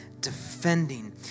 defending